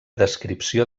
descripció